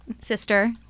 sister